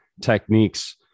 techniques